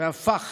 הוא הפך